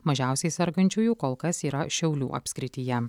mažiausiai sergančiųjų kol kas yra šiaulių apskrityje